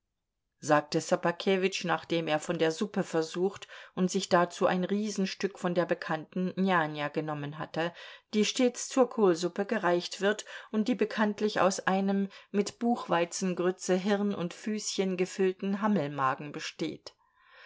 sagte ssobakewitsch nachdem er von der suppe versucht und sich dazu ein riesenstück von der bekannten njanja genommen hatte die stets zur kohlsuppe gereicht wird und die bekanntlich aus einem mit buchweizengrütze hirn und füßchen gefüllten hammelmagen besteht